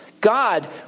God